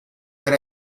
per